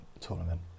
tournament